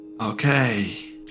Okay